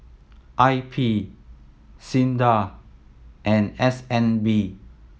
I P SINDA and S N B